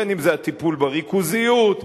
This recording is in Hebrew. בין שזה הטיפול בריכוזיות,